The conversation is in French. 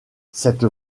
cette